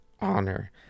honor